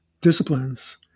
disciplines